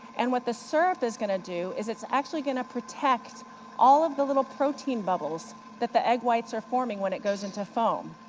and what the syrup is going to do, is it's actually going to protect all of the little protein bubbles that the egg whites are forming when it goes into foam.